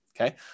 Okay